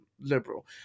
liberal